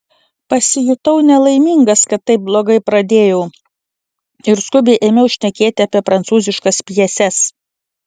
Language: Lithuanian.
pasijutau nelaimingas kad taip blogai pradėjau ir skubiai ėmiau šnekėti apie prancūziškas pjeses